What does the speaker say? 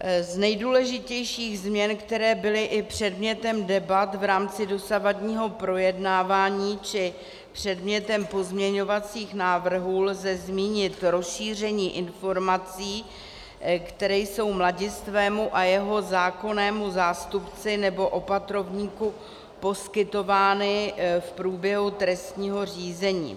Z nejdůležitějších změn, které byly i předmětem debat v rámci dosavadního projednávání či předmětem pozměňovacích návrhů, lze zmínit rozšíření informací, které jsou mladistvému a jeho zákonnému zástupci nebo opatrovníku poskytovány v průběhu trestního řízení.